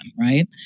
right